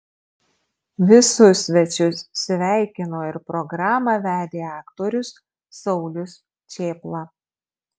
visus svečius sveikino ir programą vedė aktorius saulius čėpla